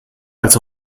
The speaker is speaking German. als